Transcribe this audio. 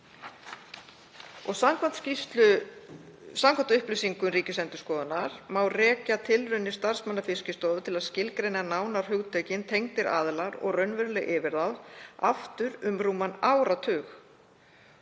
[…] Samkvæmt upplýsingum Ríkisendurskoðunar má rekja tilraunir starfsmanna Fiskistofu til að skilgreina nánar hugtökin „tengdir aðilar“ og „raunveruleg yfirráð“ aftur um rúman áratug.“